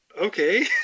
okay